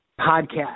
Podcast